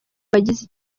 bagize